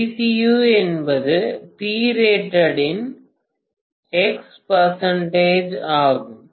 Pcu என்பது Prated இன் x ஆகும்